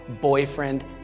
boyfriend